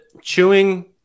chewing